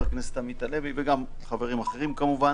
הכנסת עמית הלוי וגם חברים אחרים כמובן